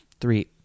Three